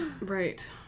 Right